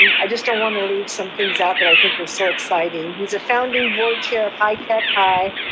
i just don't want to leave some things out that i think they're so exciting. he's a founding board chair of high tech high,